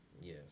Yes